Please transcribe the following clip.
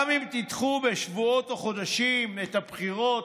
גם אם תדחו בשבועות או בחודשים את הבחירות,